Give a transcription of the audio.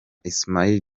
ismaila